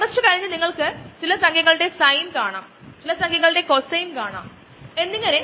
ഇപ്പോൾ നമ്മൾ കണ്ട ബയോ റിയാക്ടറുകൾ സാധാരണ തരങ്ങൾ അത്തരം ബയോ റിയാക്ടറുകളുടെ പ്രവർത്തന രീതികൾ എന്നിവയായിരുന്നു അവ